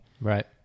Right